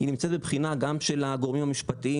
היא נמצאת בבחינה גם של הגורמים המשפטיים,